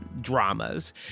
dramas